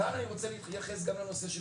כאן אני רוצה להתייחס גם לנושא של